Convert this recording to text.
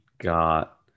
got